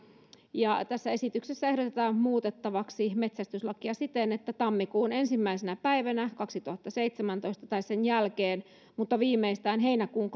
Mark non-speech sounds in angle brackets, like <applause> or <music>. tässä esityksessä ehdotetaan muutettavaksi metsästyslakia siten että tammikuun ensimmäisenä päivänä kaksituhattaseitsemäntoista tai sen jälkeen mutta viimeistään heinäkuun <unintelligible>